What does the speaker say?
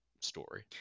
story